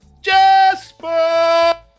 Jasper